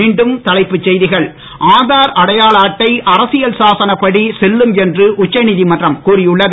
மீண்டும் தலைப்புச் செய்திகள் ஆதார் அடையாள அட்டை அரசியல் சாசனப் படி செல்லும் என்று உச்சநீதிமன்றம் கூறியுள்ளது